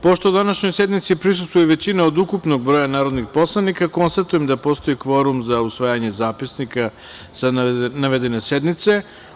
Pošto današnjoj sednici prisustvuje većina od ukupnog broja narodnih poslanika, konstatujem da postoji kvorum za usvajanje zapisnika sa navedene sednice.